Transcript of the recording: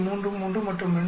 33 மற்றும் 2